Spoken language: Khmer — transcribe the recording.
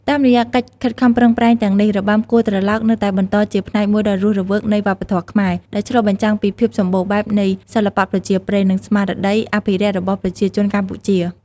តាមរយៈកិច្ចខិតខំប្រឹងប្រែងទាំងនេះ របាំគោះត្រឡោកនៅតែបន្តជាផ្នែកមួយដ៏រស់រវើកនៃវប្បធម៌ខ្មែរ ដែលឆ្លុះបញ្ចាំងពីភាពសម្បូរបែបនៃសិល្បៈប្រជាប្រិយ និងស្មារតីអភិរក្សរបស់ប្រជាជនកម្ពុជា។